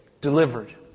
delivered